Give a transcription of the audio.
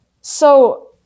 So-